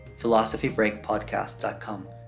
philosophybreakpodcast.com